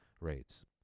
rates